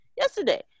yesterday